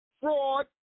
fraud